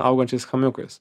augančiais chamiukais